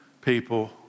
people